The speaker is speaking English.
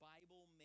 Bible